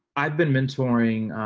i've been mentoring,